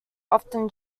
often